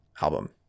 album